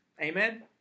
Amen